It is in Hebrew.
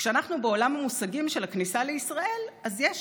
וכשאנחנו בעולם המושגים של הכניסה לישראל, אז יש